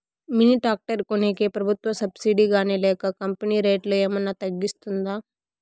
Mini tractor కొనేకి ప్రభుత్వ subsidy గాని లేక కంపెని రేటులో ఏమన్నా తగ్గిస్తుందా?